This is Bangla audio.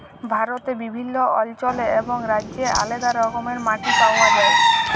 ভারতে বিভিল্ল্য অল্চলে এবং রাজ্যে আলেদা রকমের মাটি পাউয়া যায়